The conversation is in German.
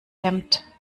hemd